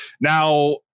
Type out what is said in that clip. Now